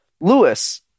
Lewis